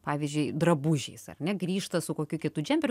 pavyzdžiui drabužiais ar ne grįžta su kokiu kitu džemperiu